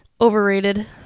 overrated